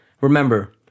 Remember